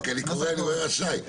אני קורא ואני רואה רשאי.